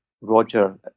Roger